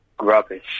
rubbish